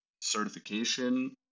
certification